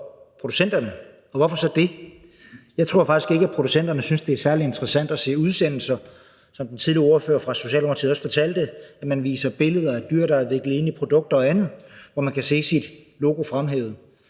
for producenterne. Og hvorfor så det? Jeg tror faktisk ikke, at producenterne synes, det er særlig interessant at se udsendelser, som den foregående ordfører for Socialdemokratiet fortalte om, hvor man viser billeder af dyr, der er viklet ind i produkter og andet, og hvor man kan se sit logo fremhævet.